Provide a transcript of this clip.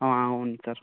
అవును సార్